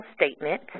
statement